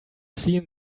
seen